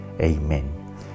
Amen